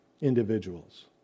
individuals